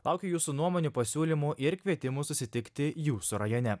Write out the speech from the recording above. laukiu jūsų nuomonių pasiūlymų ir kvietimų susitikti jūsų rajone